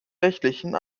rechtlichen